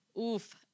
oof